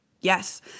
Yes